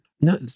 No